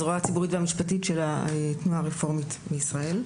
הזרוע הציבורית והמשפטית של התנועה הרפורמית בישראל.